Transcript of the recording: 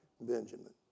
Benjamin